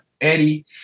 Eddie